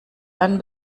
einen